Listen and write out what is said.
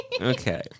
Okay